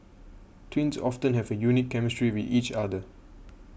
twins often have a unique chemistry with each other